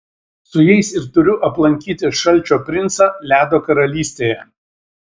su jais ir turiu aplankyti šalčio princą ledo karalystėje